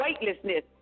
weightlessness